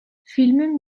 filmin